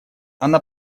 она